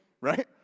Right